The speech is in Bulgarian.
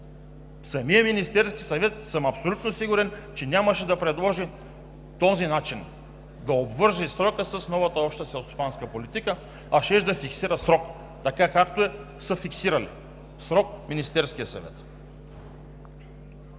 Самият Министерски съвет, съм абсолютно сигурен, че нямаше да предложи този начин – да обвърже срока с новата Обща селскостопанска политика, а щеше да фиксира срок, така, както са фиксирали: срок Министерският съвет.